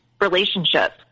relationship